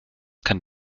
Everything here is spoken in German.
kann